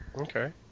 Okay